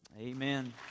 Amen